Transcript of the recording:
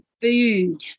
food